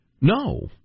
No